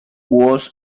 was